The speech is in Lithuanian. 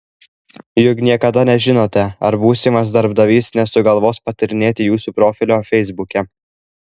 juk niekada nežinote ar būsimas darbdavys nesugalvos patyrinėti jūsų profilio feisbuke